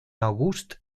auguste